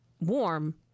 warm